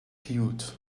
cute